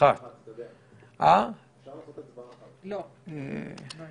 ההסתייגות בסעיף 6 לא אושרה.